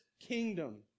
kingdom